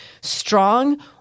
strong